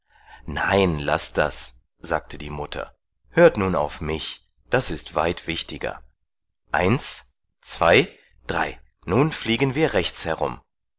nein laßt das sagte die mutter hört nun auf mich das ist weit wichtiger eins zwei drei nun fliegen wir rechts herum